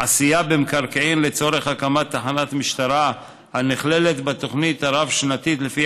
עשייה במקרקעין לצורך הקמת תחנת משטרה הנכללת בתוכנית הרב-שנתית לפי